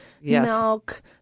milk